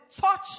Touch